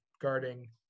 guarding